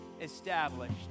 established